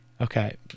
okay